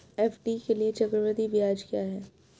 FD के लिए चक्रवृद्धि ब्याज क्या है?